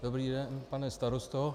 Dobrý den, pane starosto.